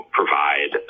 provide